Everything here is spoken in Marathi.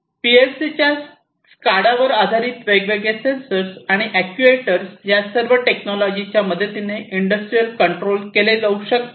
पीएलसीच्या स्कॅडावर आधारित वेगवेगळे सेन्सर आणि अॅक्ट्युएटर या सर्व टेक्नॉलॉजीच्या मदतीने इंडस्ट्रियल कंट्रोल केले जाऊ शकते